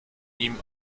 ihm